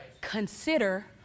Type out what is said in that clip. Consider